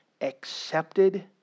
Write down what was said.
accepted